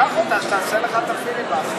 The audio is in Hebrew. קח אותה, שתעשה לך את הפיליבסטר.